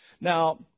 Now